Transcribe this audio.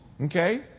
Okay